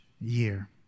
year